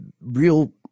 Real